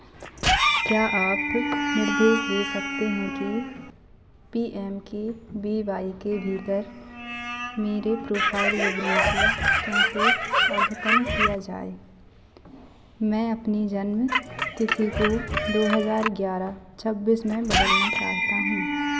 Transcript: क्या आप निर्देश दे सकते हैं कि P M K B Y के भीतर मेरे प्रोफाइल विवरण को कैसे अघतन किया जाए मैं अपनी जन्म तिथि को दो हज़ार ग्यारह छब्बीस में बदलना चाहता हूँ